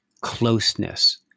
closeness